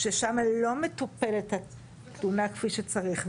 ששם לא מטופלת התלונה כפי שצריך,